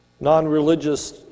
non-religious